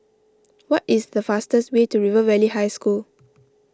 what is the fastest way to River Valley High School